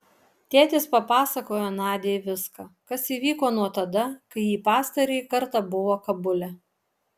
tėtis papasakojo nadiai viską kas įvyko nuo tada kai ji pastarąjį kartą buvo kabule